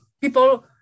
people